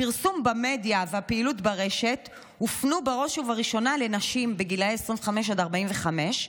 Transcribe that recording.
הפרסום במדיה והפעילות ברשת הופנו בראש ובראשונה לנשים בגילים 25 עד 45,